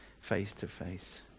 face-to-face